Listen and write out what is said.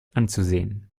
anzusehen